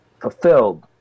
fulfilled